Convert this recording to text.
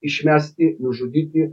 išmesti nužudyti